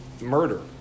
murder